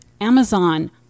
Amazon